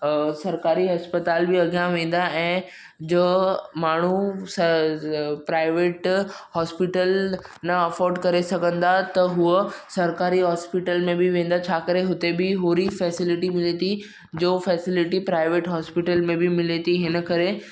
सरकारी अस्पताल बि अॻियां वेंदा ऐं जो माण्हू सर प्राइवेट हॉस्पिटल न अफॉड करे सघंदा त उहे सरकारी हॉस्पिटल में बि वेंदा छा करे हुते बि ओहड़ी फैसिलिटी मिले थी जो फैसिलिटी प्राइवेट हॉस्पिटल में बि मिले थी हिन करे